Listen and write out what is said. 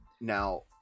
Now